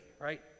right